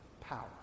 power